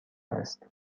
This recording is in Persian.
است